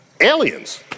aliens